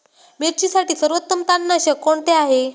मिरचीसाठी सर्वोत्तम तणनाशक कोणते आहे?